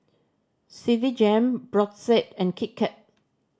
Citigem Brotzeit and Kit Kat